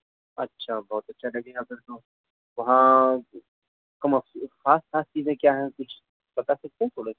اچھا بہت اچھا لیکن آپ نے تو وہاں کم وقت آس پاس چیزیں کیا ہیں کچھ بتا سکتے ہیں تھوڑا